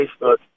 Facebook